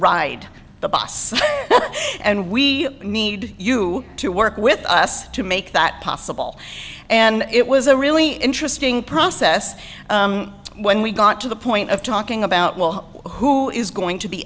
ride the bus and we need you to work with us to make that possible and it was a really interesting process when we got to the point of talking about well who is going to be